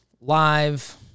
live